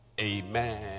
amen